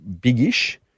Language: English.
big-ish